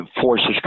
forces